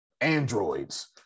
androids